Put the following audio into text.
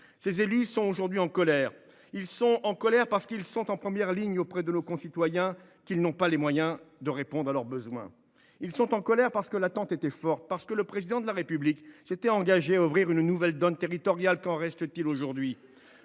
Ces élus sont aujourd’hui en colère. Ils sont en colère, parce qu’ils sont en première ligne auprès de nos concitoyens et qu’ils n’ont pas les moyens de répondre à leurs besoins. Ils sont en colère, parce que l’attente était forte : le Président de la République s’était engagé à ouvrir une nouvelle donne territoriale. Qu’en reste t il aujourd’hui ?